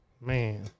Man